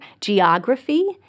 geography